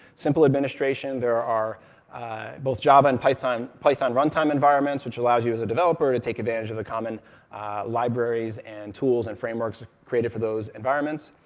simple administration. there are both java and python python run-time environments, which allows you as a developer to take advantage of the common libraries and tools and frameworks created for those environments.